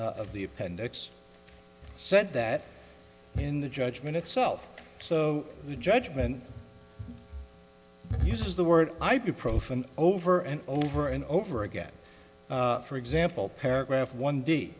of the appendix said that in the judgment itself so the judgment uses the word ibuprofen over and over and over again for example paragraph one d